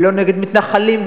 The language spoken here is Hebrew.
ולא נגד מתנחלים,